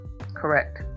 Correct